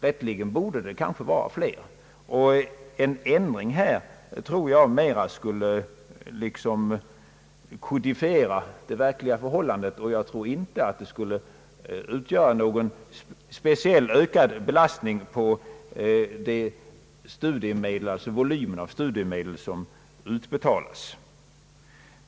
Rätteligen borde det kanske vara flera fall, och en ändring av bestämmelserna skulle, tror jag, liksom kodifiera det verkliga förhållandet. Det skulle antag ligen inte utgöra någon speciellt ökad belastning på volymen av studiemedel som utbetalas.